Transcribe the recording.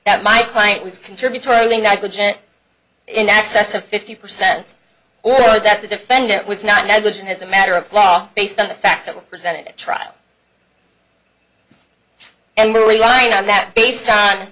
that my client was contributory negligence in excess of fifty percent or that the defendant was not negligent as a matter of law based on the facts that were presented at trial and were relying on that based on